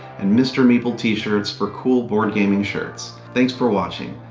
and mr. meeple t-shirts for cool board gaming shirts. thanks for watching.